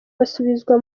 basubizwa